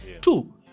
Two